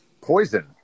Poison